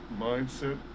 Mindset